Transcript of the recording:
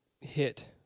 hit